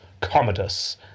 Commodus